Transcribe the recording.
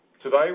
Today